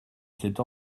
cette